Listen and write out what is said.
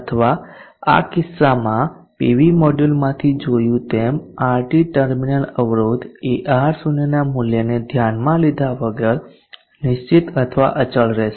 આવા કિસ્સામાં પીટી મોડ્યુલમાંથી જોયું તેમ RT ટર્મિનલ અવરોધએ R0 ના મૂલ્યને ધ્યાનમાં લીધા વગર નિશ્ચિત અથવા અચળ રહેશે